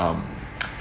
um